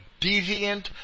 deviant